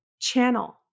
channel